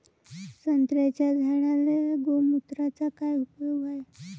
संत्र्याच्या झाडांले गोमूत्राचा काय उपयोग हाये?